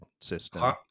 system